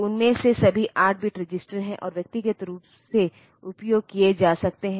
तो उनमें से सभी 8 बिट रजिस्टर हैं और व्यक्तिगत रूप से उपयोग किए जा सकते हैं